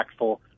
impactful